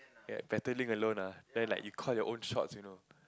ya better drink alone nah then you call your own shots you know